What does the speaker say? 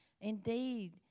Indeed